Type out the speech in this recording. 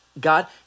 God